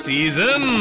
Season